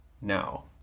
now